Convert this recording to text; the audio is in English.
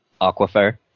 aquifer